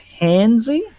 handsy